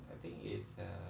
I think it's a